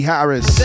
Harris